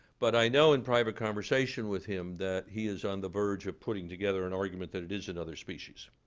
but i know in private conversation with him that he is on the verge of putting together an argument that it is another species.